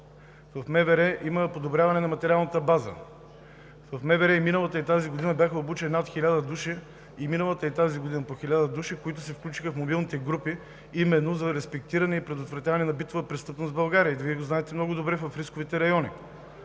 в МВР има подобряване на материалната база, в МВР и миналата, и тази година бяха обучени над хиляда души – и миналата и тази година по хиляда души, които се включиха в мобилните групи, именно за респектиране и предотвратяване на битова престъпност в България, и Вие го знаете много добре – в рисковите райони.